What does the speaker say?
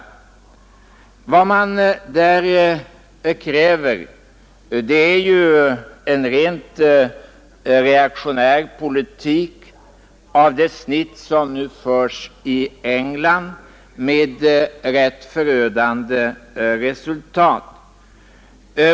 Vad man där kräver är ju en rent reaktionär politik av det snitt som nu förs i England med rätt förödande resultat.